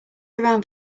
around